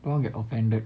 don't get offended